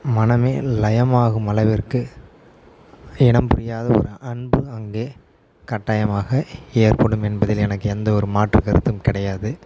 மனமே லயமாகும் அளவிற்கு இனம்புரியாத ஒரு அன்பு அங்கே கட்டாயமாக ஏற்படும் என்பதில் எனக்கு எந்த ஒரு மாற்று கருத்தும் கிடையாது